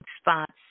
spots